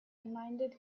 reminded